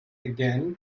again